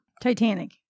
Titanic